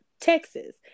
Texas